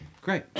great